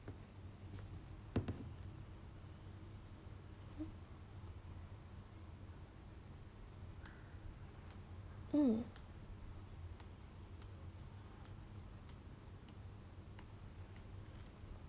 mm